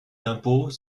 l’impôt